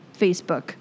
Facebook